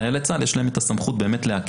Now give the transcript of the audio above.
לחיילי צה"ל יש באמת סמכות לעכב,